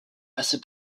assez